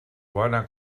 bona